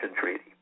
Treaty